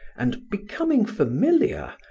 and becoming familiar,